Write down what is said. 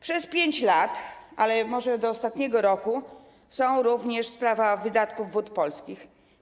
Przez 5 lat, ale może do ostatniego roku, jest sprawa wydatków Wód Polskich.